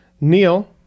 Neil